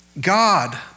God